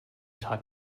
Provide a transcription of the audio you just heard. tag